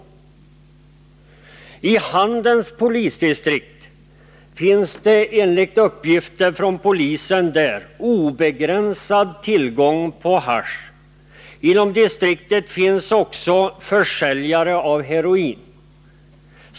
I Handens polisdistrikt finns det, enligt uppgifter från polisen där, obegränsad tillgång på hasch. Inom distriktet finns också försäljare av heroin.